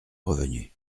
revenu